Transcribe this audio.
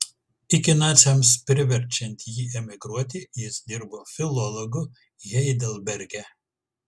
iki naciams priverčiant jį emigruoti jis dirbo filologu heidelberge